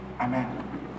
Amen